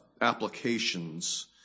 applications